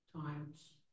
times